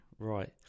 Right